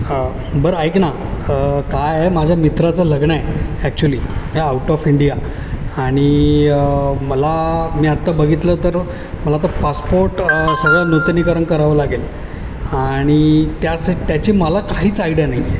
हा बरं ऐक ना काय आहे माझ्या मित्राचं लग्न आहे ॲक्च्युली आउट ऑफ इंडिया आणि मला मी आत्ता बघितलं तर मला आता पासपोर्ट सगळा नूतनीकरण करावं लागेल आणि त्यास त्याची मला काहीच आयडिया नाही